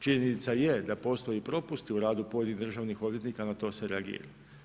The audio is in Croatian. Činjenica je da postoji propust u radu pojedinim državnih odvjetnika, na to se reagira.